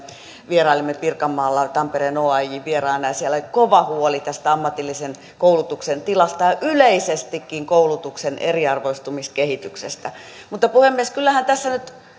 vierailimme pirkanmaalla tampereen oajn vieraana ja siellä oli kova huoli ammatillisen koulutuksen tilasta ja yleisestikin koulutuksen eriarvoistumiskehityksestä puhemies kyllähän tässä nyt